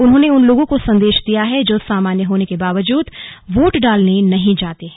उन्होंने उन लोगों को संदेश दिया है जो सामान्य होने के बावजूद वोट डालने नहीं जाते हैं